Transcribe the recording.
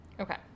Okay